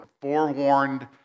forewarned